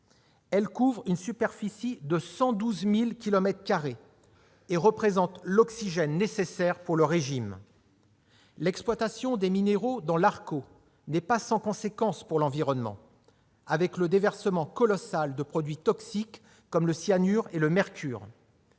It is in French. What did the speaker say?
Elle couvre une superficie de 112 000 kilomètres carrés et représente l'oxygène nécessaire pour le régime. L'exploitation des minéraux dans l'n'est pas sans conséquence pour l'environnement, avec le déversement colossal de produits toxiques comme le cyanure et le mercure,